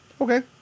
Okay